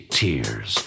tears